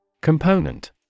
Component